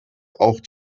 auch